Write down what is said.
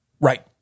Right